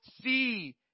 see